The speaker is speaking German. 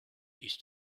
ist